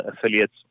affiliates